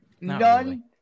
none